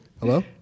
Hello